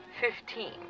fifteen